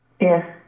Yes